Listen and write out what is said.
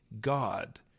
God